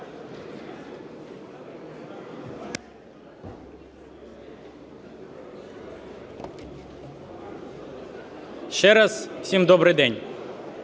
Ще раз усім добрий день.